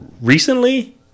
Recently